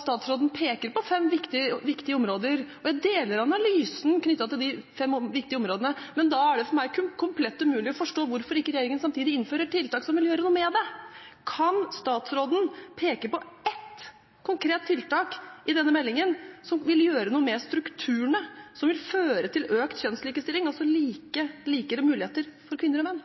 statsråden peker på fem viktige områder, og jeg deler analysen knyttet til de fem viktige områdene, men da er det for meg komplett umulig å forstå hvorfor ikke regjeringen samtidig innfører tiltak som vil gjøre noe med det. Kan statsråden peke på ett konkret tiltak i denne meldingen som vil gjøre noe med strukturene, som vil føre til økt kjønnslikestilling, altså likere muligheter for kvinner og menn?